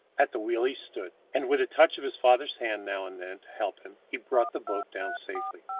at the wheel he stood, and with a touch of his father's hand now and then to help him, he brought the boat down safely.